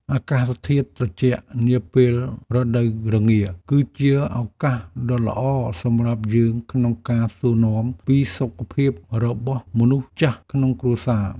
អាកាសធាតុត្រជាក់នាពេលរដូវរងា គឺជាឱកាសដ៏ល្អសម្រាប់យើងក្នុងការសួរនាំពីសុខភាពរបស់មនុស្សចាស់ក្នុងគ្រួសារ។